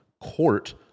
court